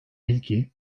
ilki